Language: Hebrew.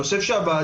אני חושב שהוועדה,